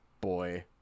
boy